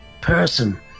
person